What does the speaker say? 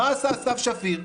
מה עשתה סתיו שפיר?